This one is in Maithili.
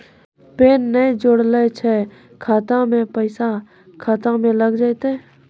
पैन ने जोड़लऽ छै खाता मे पैसा खाता मे लग जयतै?